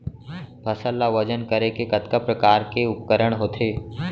फसल ला वजन करे के कतका प्रकार के उपकरण होथे?